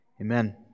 amen